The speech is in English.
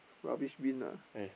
rubbish bin ah